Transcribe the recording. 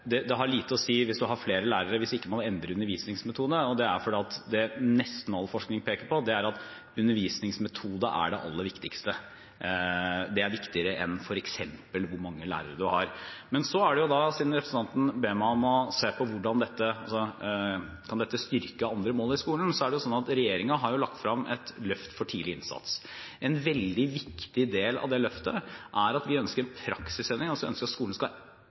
det har lite å si at man har flere lærere hvis ikke man endrer undervisningsmetodene, og det er fordi at det nesten all forskning peker på, er at undervisningsmetode er det aller viktigste. Det er viktigere enn f.eks. hvor mange lærere man har. Representanten ber meg om å se på om dette kan styrke andre mål i skolen. Det er jo sånn at regjeringen har lagt frem et løft for tidlig innsats. En veldig viktig del av det løftet er at vi ønsker en praksisendring. Vi ønsker at skolen skal